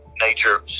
nature